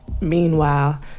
Meanwhile